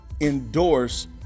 endorse